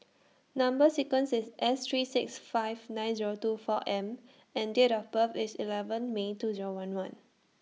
Number sequence IS S three six five nine Zero two four M and Date of birth IS eleven May two Zero one one